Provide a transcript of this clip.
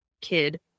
kid